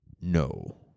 No